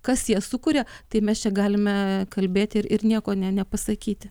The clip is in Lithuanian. kas ją sukuria tai mes čia galime kalbėti ir ir nieko ne nepasakyti